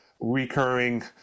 recurring